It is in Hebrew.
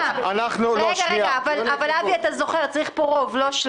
הרי בדרך כלל בפגרת בחירות יש ועדות.